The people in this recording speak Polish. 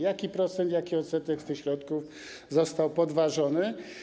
Jaki procent, jaki odsetek z tych środków został podważony?